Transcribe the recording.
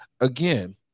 again